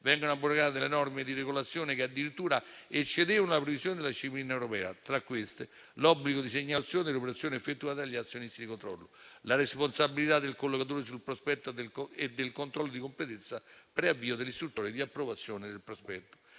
Vengono abrogate le norme di regolazione che addirittura eccedevano la previsione della disciplina europea: tra queste, l'obbligo di segnalazione dell'operazione effettuata dagli azionisti di controllo e la responsabilità del collocatore sul prospetto e del controllo di completezza pre-avvio dell'istruttoria di approvazione del prospetto.